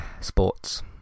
sports